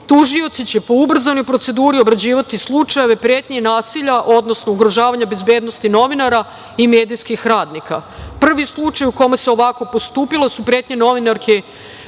tužioci će po ubrzanoj proceduru obrađivati slučajeve pretnje i nasilja, odnosno ugrožavanja bezbednosti novinara i medijskih radnika. Prvi slučaj u kome se ovako postupali su pretnje novinarke,